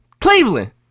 Cleveland